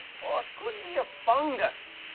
or it could be a fungus,